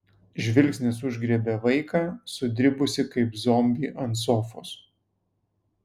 žvilgsnis užgriebė vaiką sudribusį kaip zombį ant sofos